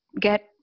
get